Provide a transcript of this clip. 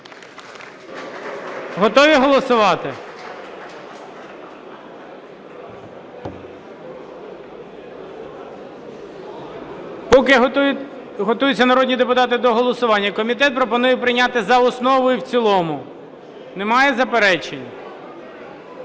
Готові голосувати? Поки готуються народні депутати до голосування, комітет пропонує прийняти за основу і в цілому. Немає заперечень?